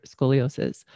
scoliosis